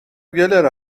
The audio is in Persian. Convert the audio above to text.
گلر